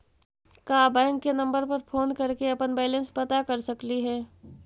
का बैंक के नंबर पर फोन कर के अपन बैलेंस पता कर सकली हे?